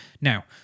Now